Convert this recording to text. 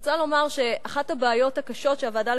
אני רוצה לומר שאחת הבעיות הקשות שהוועדה